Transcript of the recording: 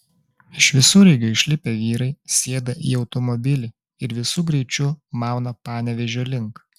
iš visureigio išlipę vyrai sėda į automobilį ir visu greičiu mauna panevėžio link